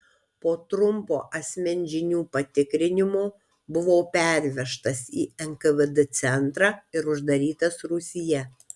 po trumpo asmens žinių patikrinimo buvau pervežtas į nkvd centrą ir uždarytas rūsyje